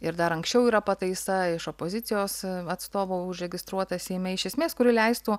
ir dar anksčiau yra pataisa iš opozicijos atstovo užregistruota seime iš esmės kuri leistų